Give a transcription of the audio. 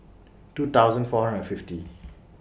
two thousand four hundred and fifty